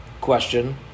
Question